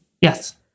Yes